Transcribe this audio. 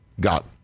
got